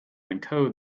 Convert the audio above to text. encode